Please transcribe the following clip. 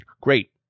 Great